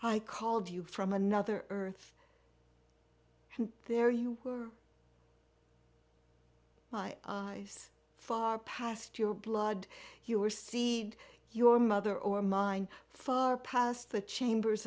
other i called you from another earth and there you were my eyes far past your blood you are see your mother or mine far past the chambers